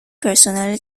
پرسنل